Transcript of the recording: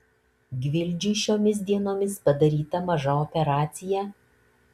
gvildžiui šiomis dienomis padaryta maža operacija